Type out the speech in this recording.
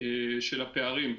של הפערים בתחום.